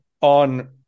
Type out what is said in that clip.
on